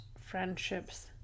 friendships